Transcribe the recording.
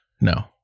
No